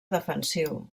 defensiu